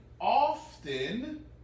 often